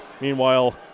Meanwhile